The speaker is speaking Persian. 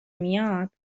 میاد